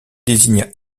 désigna